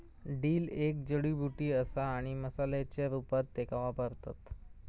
dill एक जडीबुटी असा आणि मसाल्याच्या रूपात त्येका वापरतत